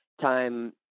time